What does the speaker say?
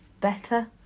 better